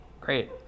great